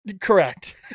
Correct